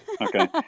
Okay